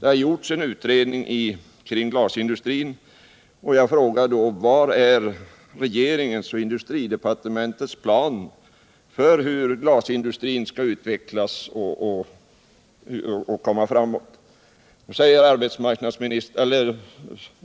Det har gjorts en utredning beträffande glasindustrin, och jag vill fråga industriministern: Var finns regeringens och industridepartementets plan för hur glasindustrin skall utvecklas och gå framåt?